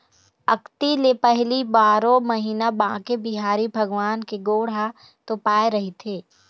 अक्ती ले पहिली बारो महिना बांके बिहारी भगवान के गोड़ ह तोपाए रहिथे